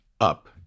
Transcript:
up